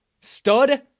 Stud